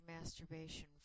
masturbation